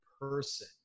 person